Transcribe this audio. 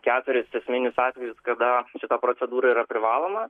keturis esminius atvejus kada šita procedūra yra privaloma